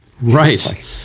Right